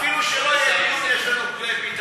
אפילו שלא יהיה דיון, יהיה לנו ביטחון.